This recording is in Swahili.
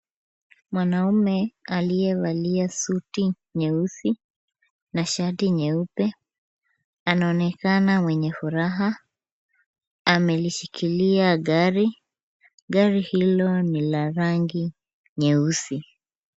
Mwanaume aliyevalia suti nyeusi na shati nyeupe, anaonekana mwenye furaha, amelishikilia gari, gari hilo ni la rangi nyeusi.